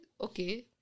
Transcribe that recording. Okay